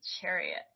chariot